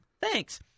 Thanks